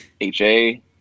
H-A